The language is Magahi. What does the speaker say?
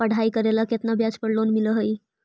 पढाई करेला केतना ब्याज पर लोन मिल हइ?